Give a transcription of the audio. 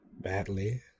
badly